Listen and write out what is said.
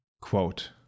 Quote